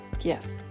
Yes